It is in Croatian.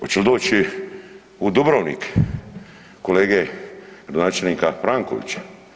Oće li doći u Dubrovnik kolege gradonačelnika Frankovića?